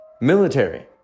military